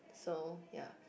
so ya